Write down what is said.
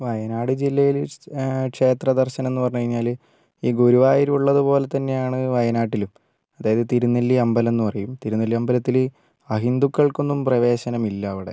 വയനാട് ജില്ലയില് ക്ഷേത്ര ദർശനം എന്ന് പറഞ്ഞു കഴിഞ്ഞാല് ഈ ഗുരുവായൂർ ഉള്ളത് പോലെ തന്നെയാണ് വയനാട്ടിലും അതായത് തിരുനെല്ലി അമ്പലം എന്നു പറയും തിരുനെല്ലി അമ്പലത്തില് അഹിന്ദുക്കൾക്കൊന്നും പ്രവേശനമില്ല അവിടെ